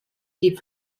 die